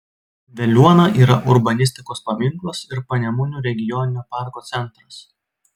veliuona yra urbanistikos paminklas ir panemunių regioninio parko centras